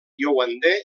yaoundé